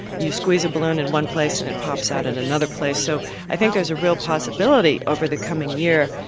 you squeeze a balloon in one place and it pops out in another place. so i think there's a real possibility possibility over the coming year,